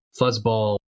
fuzzball